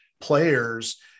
players